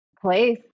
place